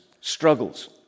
struggles